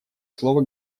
слово